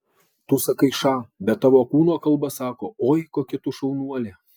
tu sakai ša bet tavo kūno kalba sako oi kokia tu šaunuolė